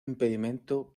impedimento